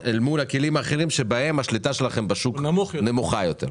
האחרים בהם השליטה שלכם בשוק נמוכה יותר?